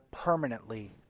permanently